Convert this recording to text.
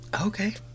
Okay